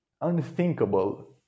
unthinkable